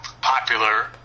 popular